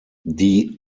die